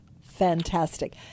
fantastic